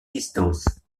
distance